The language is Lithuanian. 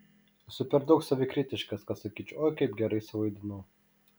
esu per daug savikritiškas kad sakyčiau oi kaip gerai suvaidinau